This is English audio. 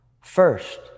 First